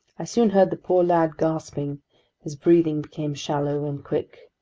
i soon heard the poor lad gasping his breathing became shallow and quick.